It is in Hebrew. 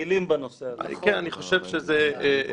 הלשכה בעצם גם מכינה את עורכי הדין למבחנים,